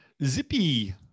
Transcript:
Zippy